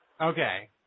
Okay